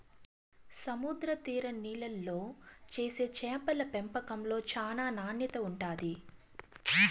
సముద్ర తీర నీళ్ళల్లో చేసే చేపల పెంపకంలో చానా నాణ్యత ఉంటాది